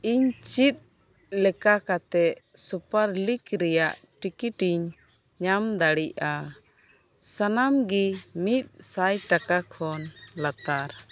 ᱤᱧ ᱪᱮᱫ ᱞᱮᱠᱟᱛᱮᱫ ᱥᱩᱯᱟᱨ ᱞᱤᱜᱽ ᱨᱮᱭᱟᱜ ᱴᱤᱠᱤᱴ ᱤᱧ ᱧᱟᱢ ᱫᱟᱲᱮᱭᱟᱜᱼᱟ ᱥᱟᱱᱟᱢ ᱜᱮ ᱢᱤᱫ ᱥᱟᱭ ᱴᱟᱠᱟ ᱠᱷᱚᱱ ᱞᱟᱛᱟᱨ